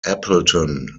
appleton